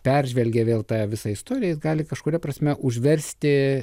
peržvelgia vėl tą visą istoriją jis gali kažkuria prasme užversti